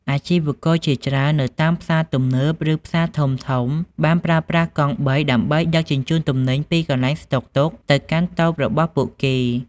អាជីវករជាច្រើននៅតាមផ្សារទំនើបឬផ្សារធំៗបានប្រើប្រាស់កង់បីដើម្បីដឹកជញ្ជូនទំនិញពីកន្លែងស្តុកទុកទៅកាន់តូបរបស់ពួកគេ។